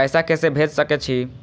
पैसा के से भेज सके छी?